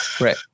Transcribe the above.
Right